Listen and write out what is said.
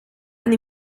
and